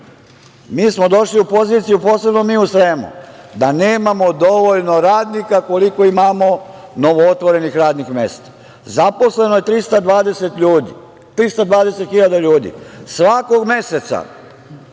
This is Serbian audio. Mi smo došli u poziciju posebno mi u Sremu, da nemamo dovoljno radnika, koliko imamo novootvorenih radnim mesta. Zaposleno je 320 hiljada ljudi i svakog meseca,